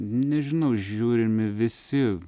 nežinau žiūrimi visi